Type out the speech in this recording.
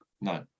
No